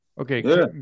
Okay